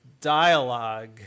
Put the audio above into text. dialogue